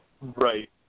Right